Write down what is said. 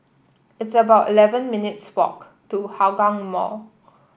it's about eleven minutes' walk to Hougang Mall